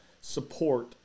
support